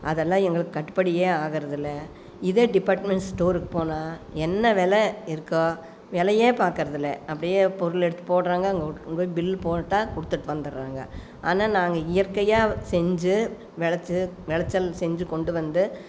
அதெல்லாம் எங்களுக்கு கட்டுபடியே ஆகிறதில்ல இதே டிபார்ட்மென்ட் ஸ்டோருக்கு போனால் என்ன வெலை இருக்கோ விலையே பார்க்குறதில்ல அப்படியே பொருளை எடுத்து போடுறாங்க அங்கே போய் பில் போட்டால் கொடுத்துட்டு வந்துடறாங்க ஆனால் நாங்கள் இயற்கையாக செஞ்சு வெளச்சு வெளச்சல் செஞ்சு கொண்டு வந்து